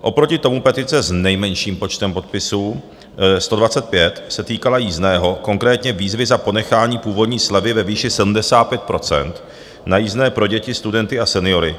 Oproti tomu petice s nejmenším počtem podpisů 125 se týkala jízdného, konkrétně výzvy za ponechání původní slevy ve výši 75 % na jízdné pro děti, studenty a seniory.